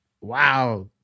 wow